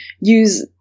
use